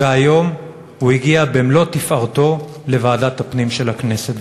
והיום הוא הגיע במלוא תפארתו לוועדת הפנים של הכנסת,